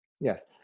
Yes